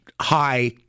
high